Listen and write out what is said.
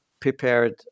prepared